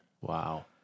Wow